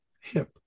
hip